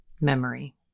memory